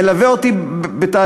מלווה אותי בתהליכים,